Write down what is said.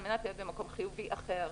על מנת להיות במקום חיובי אחר,